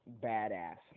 badass